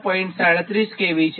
37 kV છે